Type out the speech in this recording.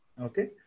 Okay